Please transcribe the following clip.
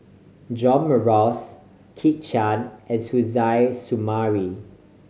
John Morrice Kit Chan and Suzairhe Sumari